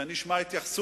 שאני אשמע התייחסות,